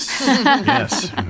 Yes